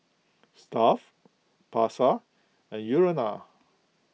Stuff'd Pasar and Urana